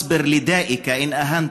"המורה והרופא,